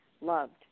loved